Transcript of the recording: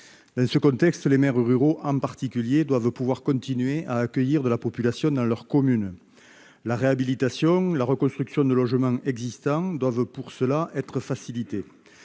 Dans ce contexte, les maires, ruraux en particulier, doivent pouvoir continuer à accueillir de la population dans leurs communes. La réhabilitation, la reconstruction de logements existants doivent, pour cela, être facilitées.